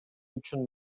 үчүн